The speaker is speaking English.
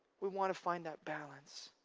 we want to find that balance.